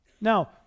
Now